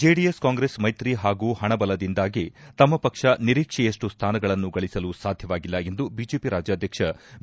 JDS Congress ಮೈತ್ರಿ ಹಾಗೂ ಪಣ ಬಲದಿಂದಾಗಿ ತಮ್ಮ ಪಕ್ಷ ನಿರೀಕ್ಷೆಯಷ್ಟು ಸ್ಥಾನಗಳನ್ನು ಗಳಸಲು ಸಾಧ್ಯವಾಗಿಲ್ಲ ಎಂದು ಬಿಜೆಪಿ ರಾಜ್ಯಾಧ್ಯಕ್ಷ ಬಿ